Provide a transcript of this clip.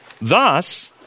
Thus